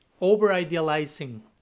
over-idealizing